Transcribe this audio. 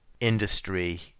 industry